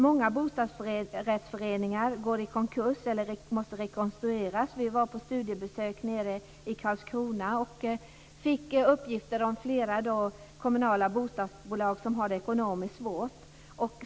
Många bostadsrättsföreningar går i konkurs eller måste rekonstrueras. Vi var på studiebesök i Karlskrona. Där var det flera kommunala bostadsbolag som hade det ekonomiskt svårt.